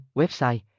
website